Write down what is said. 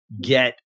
get